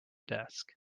desk